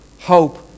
hope